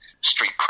street